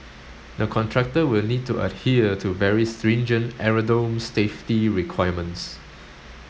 the contractor will need to adhere to very stringent aerodrome safety requirements